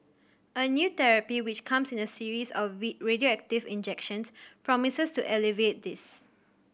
a new therapy which comes in a series of radioactive injections promises to alleviate this